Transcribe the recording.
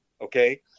okay